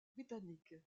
britanniques